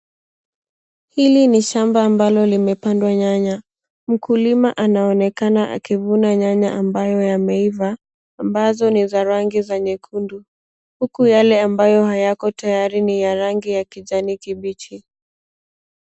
Hili ni shamba ambalo limepandwa nyanya. Mkulima anaonekana akivuna nyanya ambayo yameiva ambazo ni za rangi ya nyekundu huku yale ambayo hayako tayari ni ya rangi ya kijani kibichi.